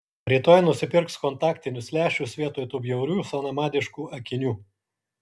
rytoj nusipirks kontaktinius lęšius vietoj tų bjaurių senamadiškų akinių